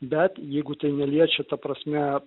bet jeigu tai neliečia ta prasme